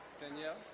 danielle